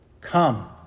Come